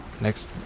next